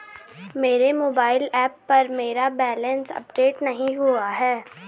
मेरे mobile app पर मेरा बैलेंस अपडेट नहीं हुआ है